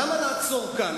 למה לעצור כאן?